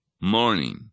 morning